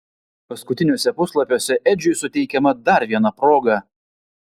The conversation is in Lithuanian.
paskutiniuose puslapiuose edžiui suteikiama dar viena proga